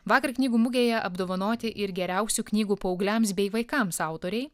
vakar knygų mugėje apdovanoti ir geriausių knygų paaugliams bei vaikams autoriai